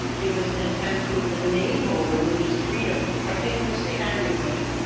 it was an attempt to enable religious freedom by taking the state out of the equation.